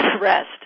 rest